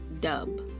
dub